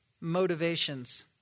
motivations